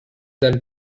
then